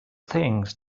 things